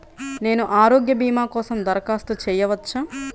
నేను ఆరోగ్య భీమా కోసం దరఖాస్తు చేయవచ్చా?